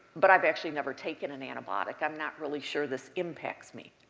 but i've actually never taken an antibiotic. i'm not really sure this impacts me.